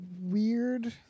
weird